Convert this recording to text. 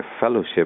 fellowship